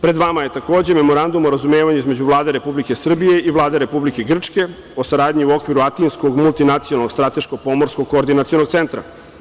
Pred vama je takođe Memorandum o razumevanju između Vlade Republike Srbije i Vlade Republike Grčke o saradnji u okviru Atinskog multinacionalnog, strateško-pomorskog koordinacionog centra.